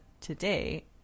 today